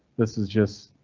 this is just.